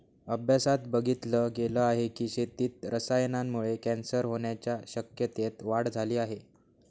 अभ्यासात बघितल गेल आहे की, शेतीत रसायनांमुळे कॅन्सर होण्याच्या शक्यतेत वाढ झाली आहे